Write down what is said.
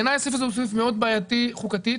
בעיניי הסעיף הזה בעייתי מאוד חוקתית